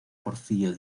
porfirio